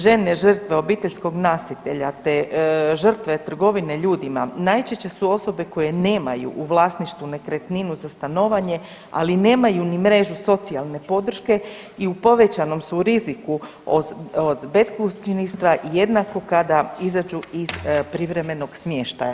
Žene žrtve obiteljskog nasilja, te žrtve trgovine ljudima najčešće su osobe koje nemaju u vlasništvu nekretninu za stanovanje ali nemaju ni mrežu socijalne podrške i u povećanom su riziku od beskućništva jednako kada izađu iz privremenog smještaja.